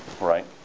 right